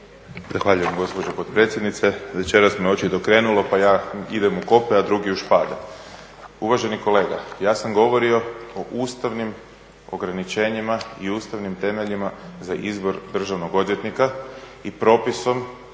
Zahvaljujem gospođo potpredsjednice. Večeras me očito krenulo pa ja idem u …, a drugi u …. Uvaženi kolega, ja sam govorio o ustavnim ograničenjima i ustavnim temeljima za izbor državnog odvjetnika i propisom